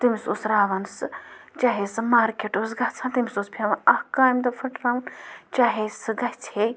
تٔمِس اوس راوان سُہ چاہے سُہ مارکٮ۪ٹ اوس گژھان تٔمِس اوس پٮ۪وان اَکھ کامہِ دۄہ پھٕٹراوُن چاہے سُہ گژھہے